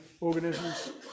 organisms